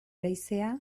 leizea